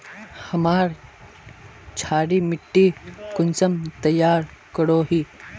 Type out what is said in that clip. हमार क्षारी मिट्टी कुंसम तैयार करोही?